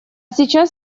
сейчас